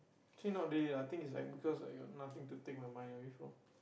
actually not really lah I think it's like because I got nothing to take my mind away from